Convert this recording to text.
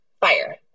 fire